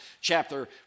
chapter